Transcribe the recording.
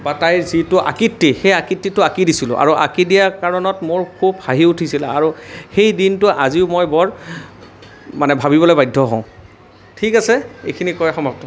বা তাইৰ যিটো আকৃতি সেই আকৃতিটো আঁকি দিছিলোঁ আৰু আঁকি দিয়াৰ কাৰণত মোৰ খুব হাঁহি উঠিছিল আৰু সেই দিনটো আজিও মই বৰ মানে ভাবিবলৈ বাধ্য হওঁ ঠিক আছে এইখিনি কৈয়ে সমাপ্ত